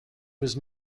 was